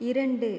இரண்டு